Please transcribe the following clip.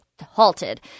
halted